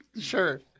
Sure